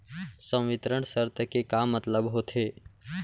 संवितरण शर्त के का मतलब होथे?